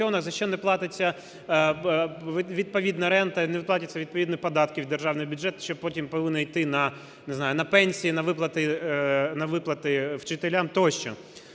за що не платиться відповідна рента і не платяться відповідні податки в державний бюджет, що потім повинно йти на, не знаю, на пенсії, на виплати вчителям, тощо.